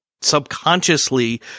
subconsciously